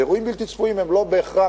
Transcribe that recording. אירועים בלתי צפויים הם לא בהכרח